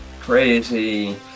crazy